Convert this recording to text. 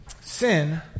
Sin